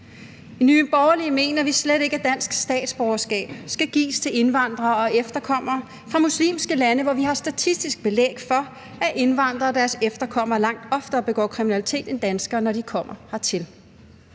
I Nye Borgerlige mener vi slet ikke, at dansk statsborgerskab skal gives til indvandrere og efterkommere fra muslimske lande, hvor vi har statistisk belæg for, at indvandrere og deres efterkommere langt oftere begår kriminalitet end danskere, når de kommer hertil.